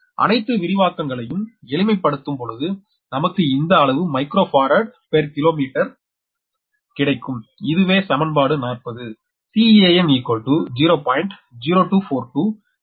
அனைத்து விரிவாக்கங்களையும் எளிமைப்படுத்தும் பொழுது நமக்கு இந்த அளவு மைக்ரோபாராட் பெர் கிலோமீட்டர் கிடைக்கும் இதுவே சமன்பாடு 40